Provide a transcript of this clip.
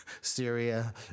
syria